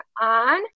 on